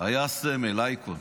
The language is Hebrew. היה סמל, אייקון.